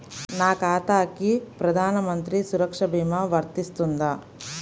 నా ఖాతాకి ప్రధాన మంత్రి సురక్ష భీమా వర్తిస్తుందా?